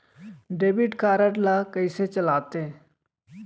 Debit card ला कइसे चलाते?